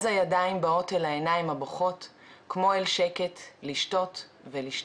אז הידיים באות אל העיניים הבוכות כמו אל שוקת לשתות ולשתות.